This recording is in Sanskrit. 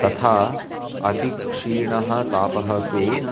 तथा अतिक्षीणः तापः तु